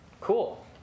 cool